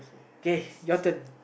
okay your turn